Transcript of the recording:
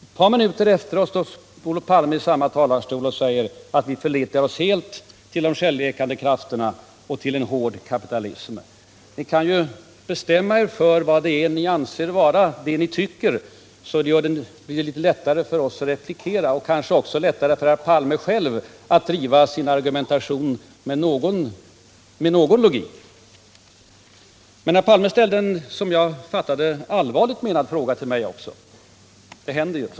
Ett par minuter senare står Olof Palme i samma talarstol och säger att regeringen förlitar sig helt på de självläkande krafterna och på en hård kapitalism. Ni kan ju bestämma er för vad ni tycker. Då blir det betydligt lättare för oss att replikera, och kanske blir det också lättare för herr Palme själv att argumentera med någon logik. Men herr Palme ställde också, såvitt jag förstår, en allvarligt menad fråga till mig. Sådant händer ju.